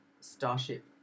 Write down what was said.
Starship